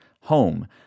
home